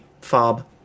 fob